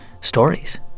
stories